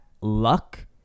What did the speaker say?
luck